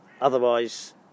Otherwise